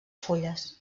fulles